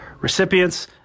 recipients